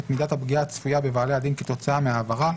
את מידת הפגיעה הצפויה בבעלי הדין כתוצאה מההעברה,